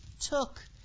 took